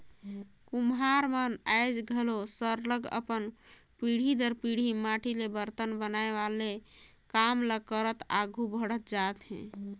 कुम्हार मन आएज घलो सरलग अपन पीढ़ी दर पीढ़ी माटी ले बरतन बनाए वाले काम ल करत आघु बढ़त जात हें